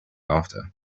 after